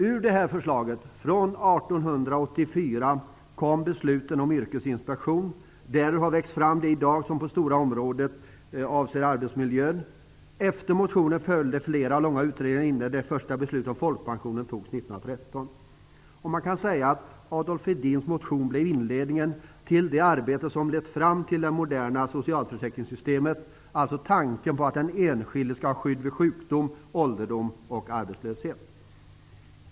Ur det här förslaget från 1884 kom besluten om yrkesinspektion. Ur förslaget har det som i dag avser arbetsmiljön växt fram. Efter motionen följde flera långa utredningar innan det första beslutet om folkpension fattades 1913. Man kan säga att Adolf Hedins motion blev inledningen till det arbete som lett fram till det moderna socialförsäkringssystemet, alltså tanken på att den enskilde skall ha skydd vid sjukdom, ålderdom och arbetslöshet.